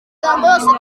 twayanditse